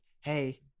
hey